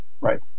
right